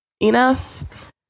enough